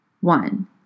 One